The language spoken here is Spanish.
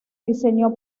diseñó